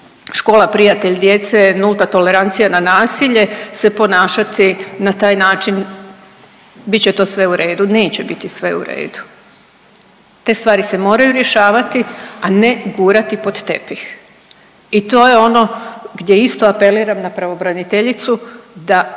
Škola prijatelj djece, Nulta tolerancija na nasilje, se ponašati na taj način bit će to sve u redu, neće biti sve u redu, te stvari se moraju rješavati, a ne gurati pod tepih i to je ono gdje isto apeliram na pravobraniteljicu da